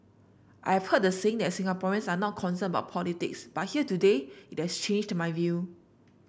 I've heard the saying that Singaporeans are not concerned about politics but here today it has changed my view